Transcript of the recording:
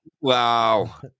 Wow